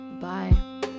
bye